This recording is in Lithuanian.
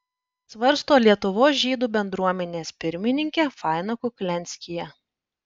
svarsto lietuvos žydų bendruomenės pirmininkė faina kuklianskyje